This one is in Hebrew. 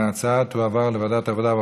ההצעה להעביר את הנושא לוועדת העבודה,